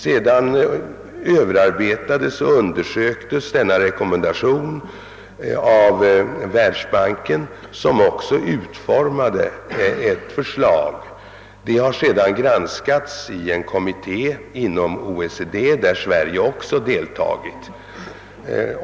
Sedan överarbetades och undersöktes denna rekommendation av Världsbanken, som också utformade ett förslag. Detta har granskats i en kommitté inom OECD, i vilken Sverige också deltagit.